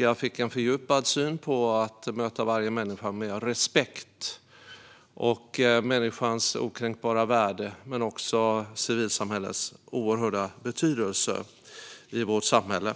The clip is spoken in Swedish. Jag fick en fördjupad syn på att möta varje människa med respekt, på människans okränkbara värde men också på civilsamhällets oerhörda betydelse i vårt samhälle.